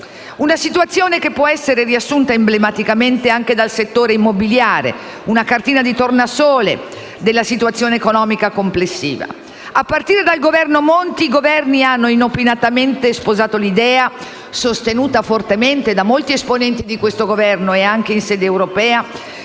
Una situazione che può essere riassunta emblematicamente anche dal settore immobiliare; una cartina di tornasole della situazione economica complessiva. A partire dal Governo Monti, i Governi hanno inopinatamente sposato l'idea, sostenuta fortemente da molti esponenti di questo Governo e anche in sede europea,